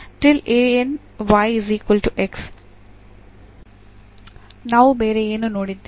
ನಾವು ಬೇರೆ ಏನು ನೋಡಿದ್ದೇವೆ